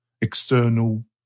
external